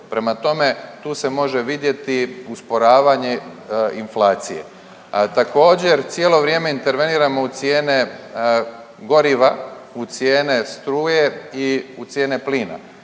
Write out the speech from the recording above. prema tome tu se može vidjeti usporavanje inflacije. A također cijelo vrijeme interveniramo u cijene goriva, u cijene struje i u cijene plina,